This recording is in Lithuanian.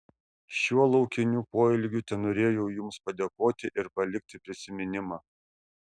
šiuo laukiniu poelgiu tenorėjau jums padėkoti ir palikti prisiminimą